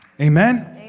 amen